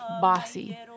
bossy